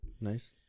Nice